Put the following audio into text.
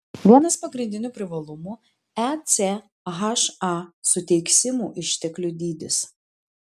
vienas pagrindinių privalumų echa suteiksimų išteklių dydis